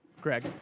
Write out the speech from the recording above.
Greg